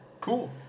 cool